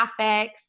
graphics